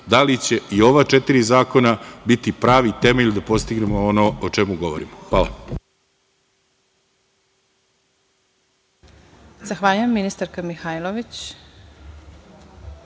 da li će i ova četiri zakona biti pravi temelj da postignemo ono o čemu govorimo. Hvala.